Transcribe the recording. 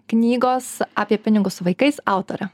knygos apie pinigus su vaikais autore